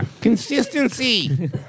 Consistency